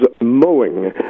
mowing